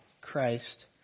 Christ